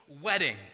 wedding